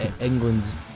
England's